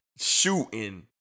shooting